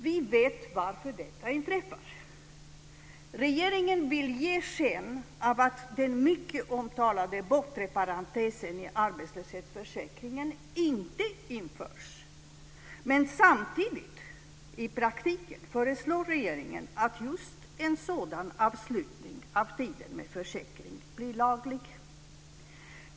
Vi vet varför detta inträffar. Regeringen vill ge sken av att den mycket omtalade bortre parentesen i arbetslöshetsförsäkringen inte införs, men samtidigt, i praktiken, föreslår regeringen att just en sådan avslutning av tiden med försäkring blir laglig.